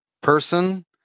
person